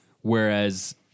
Whereas